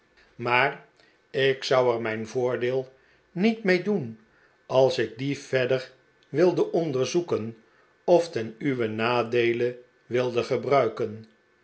maar ik zou er mijn voordeel niet mee doen als ik die verder wilde onderzoeken of ten uwen nadeele wilde gebruiken